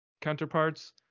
counterparts